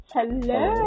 Hello